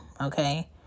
okay